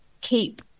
Keep